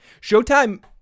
Showtime